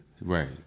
Right